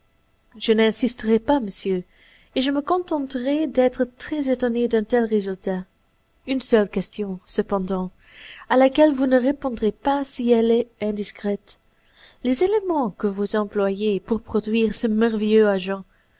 je n'insisterai pas monsieur et je me contenterai d'être très étonné d'un tel résultat une seule question cependant à laquelle vous ne répondrez pas si elle est indiscrète les éléments que vous employez pour produire ce merveilleux agent